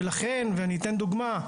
ולכן ואני אתן דוגמה,